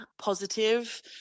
positive